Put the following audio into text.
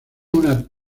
una